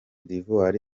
d’ivoire